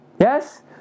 Yes